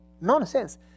Nonsense